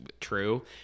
true